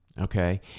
Okay